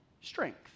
strength